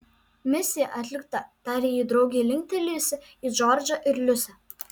misija atlikta tarė ji draugei linktelėjusi į džordžą ir liusę